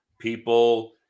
people